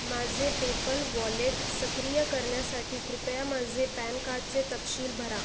माझे PayPal wallet सक्रिय करण्यासाठी कृपया माझे पॅन कार्डचे तपशील भरा